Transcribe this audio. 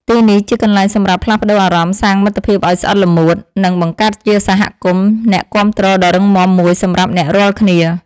ទីនេះជាកន្លែងសម្រាប់ផ្លាស់ប្តូរអារម្មណ៍ សាងមិត្តភាពឱ្យស្អិតល្មួត និង បង្កើតជាសហគមន៍អ្នកគាំទ្រដ៏រឹងមាំមួយសម្រាប់អ្នករាល់គ្នា។